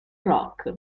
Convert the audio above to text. rock